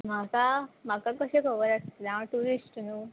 म्हाका म्हाका कशें खबर आसलें हांव ट्युरिस्ट न्हू